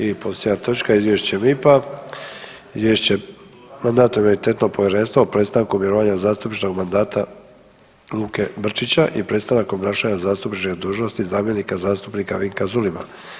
I posljednja točka: - Izvješće MIP-a Izvješće Mandatno-imunitetnog povjerenstva o prestanku mirovanja zastupničkog mandata Luke Brčića i prestanak obnašanja zastupničke dužnosti zamjenika zastupnika Vinka Zulima.